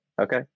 okay